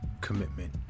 commitment